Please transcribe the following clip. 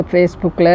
Facebook